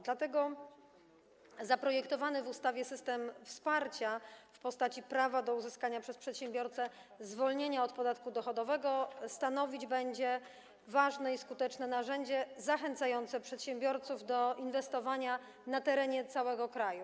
Dlatego zaprojektowany w ustawie system wsparcia w postaci prawa do uzyskania przez przedsiębiorcę zwolnienia od podatku dochodowego stanowić będzie ważne i skuteczne narzędzie zachęcające przedsiębiorców do inwestowania na terenie całego kraju.